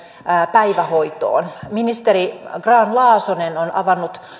päivähoitoon ministeri grahn laasonen on avannut